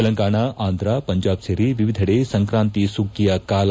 ತೆಲಂಗಾಣ ಆಂಧ್ರ ಪಂಜಾಬ್ ಸೇರಿ ವಿವಿಧೆಡೆ ಸಂಕ್ರಾಂತಿ ಸುಗ್ಗಿಯ ಕಾಲ